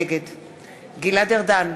נגד גלעד ארדן,